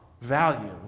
value